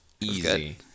Easy